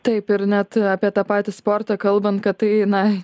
taip ir net apie tą patį sportą kalbant kad tai na